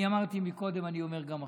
אני אמרתי קודם ואני אומר עכשיו: